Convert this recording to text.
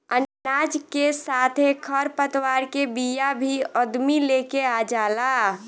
अनाज के साथे खर पतवार के बिया भी अदमी लेके आ जाला